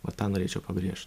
va tą norėčiau pabrėž